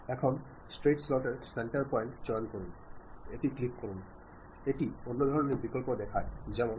ആശയം രൂപപ്പെടുത്തുന്നതിനായി നിങ്ങൾ ചെയ്യേണ്ടത് ആശയത്തെ ഒരു സന്ദേശ രൂപത്തിലാക്കുക എന്നതാണ്